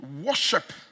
Worship